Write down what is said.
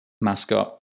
mascot